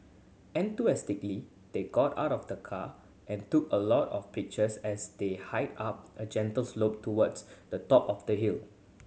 enthusiastically they got out of the car and took a lot of pictures as they hiked up a gentle slope towards the top of the hill